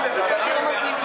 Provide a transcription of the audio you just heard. אני מופיע, איתך.